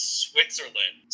switzerland